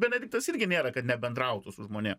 benediktas irgi nėra kad nebendrautų su žmonėm